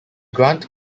grant